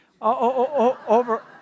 over